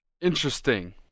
interesting